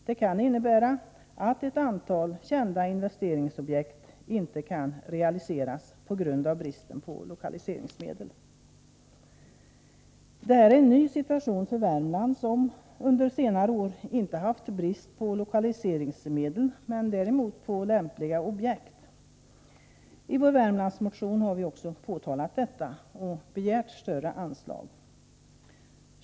Dessutom kan ett stort antal kända investeringsobjekt inte realiseras på grund av bristen på lokaliseringsmedel. Detta är en ny situation för Värmland, som under senare år aldrig haft brist på lokaliseringspengar, men däremot på lämpliga objekt. I vår Värmlandsmotion har vi också påtalat detta och begärt större anslag.